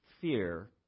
fear